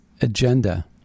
agenda